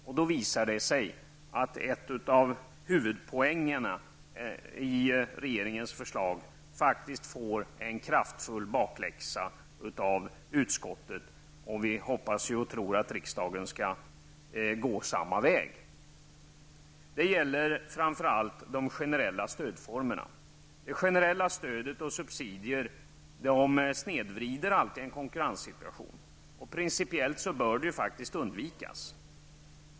Det visar sig då att ett av de områden som utgör huvudpoängerna i regeringens förslag faktiskt får en kraftfull bakläxa av utskottet. Vi hoppas och tror att riksdagen skall gå samma väg. Det gäller framför allt de generella stödformerna. Generella stöd och subsidier snedvrider alltid en konkurrenssituation. Principiellt bör detta faktiskt undvikas.